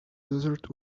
desert